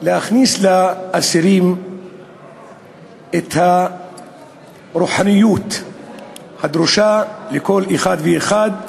להכניס לאסירים את הרוחניות הדרושה לכל אחד ואחד